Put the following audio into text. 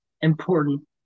important